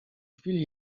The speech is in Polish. chwili